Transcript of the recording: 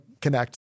connect